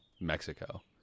mexico